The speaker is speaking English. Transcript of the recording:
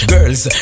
Girls